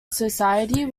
society